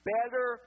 Better